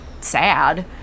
sad